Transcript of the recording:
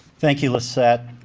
thank you, lissette.